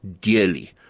dearly